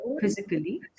physically